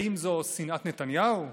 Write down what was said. האם זו שנאת נתניהו,